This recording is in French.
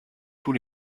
tous